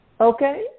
okay